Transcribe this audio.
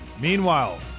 Meanwhile